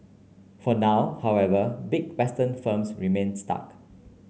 for now however big Western firms remain stuck